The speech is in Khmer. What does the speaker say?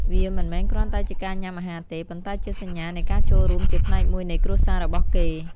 វាមិនមែនគ្រាន់តែជាការញុំាអាហារទេ ប៉ុន្តែជាសញ្ញានៃការចូលរួមជាផ្នែកមួយនៃគ្រួសាររបស់គេ ។